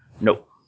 Nope